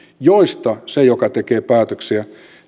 joista se joka tekee päätöksiä